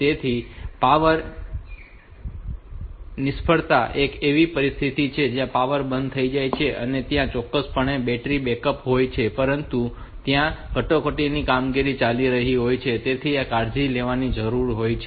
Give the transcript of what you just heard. તેથી પાવર નિષ્ફળતા એ એક એવી પરિસ્થિતિ છે કે જો પાવર બંધ થઈ જાય તો ત્યાં ચોક્કસપણે બેટરી બેકઅપ હોય છે પરંતુ ત્યાં જે કટોકટીની કામગીરી ચાલી રહી હોય છે તેની આપણે કાળજી લેવાની જરૂર હોય છે